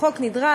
הוא חוק נדרש,